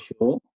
sure